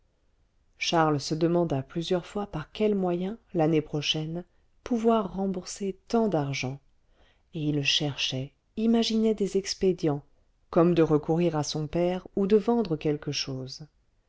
charles se demanda plusieurs fois par quel moyen l'année prochaine pouvoir rembourser tant d'argent et il cherchait imaginait des expédients comme de recourir à son père ou de vendre quelque chose